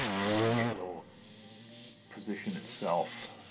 and it will position itself